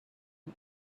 you